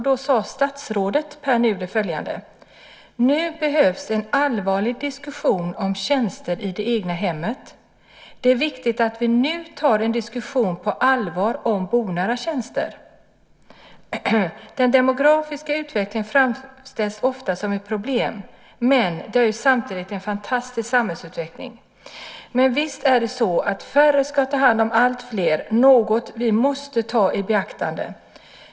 Då sade statsrådet Pär Nuder följande: Nu behövs en allvarlig diskussion om tjänster i det egna hemmet. Det är viktigt att vi nu tar en diskussion på allvar om bonära tjänster. Den demografiska utvecklingen framställs ofta som ett problem, men det är samtidigt en fantastisk samhällsutveckling. Men visst är det så att färre ska ta hand om alltfler, något som vi måste ta i beaktande.